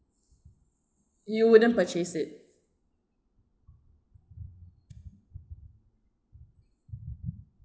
you wouldn't purchase it